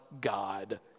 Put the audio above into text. God